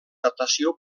datació